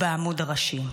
בעמוד הראשי.